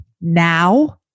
Now